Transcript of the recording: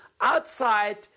outside